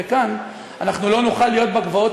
אנחנו נמשיך להרחיב.